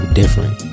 different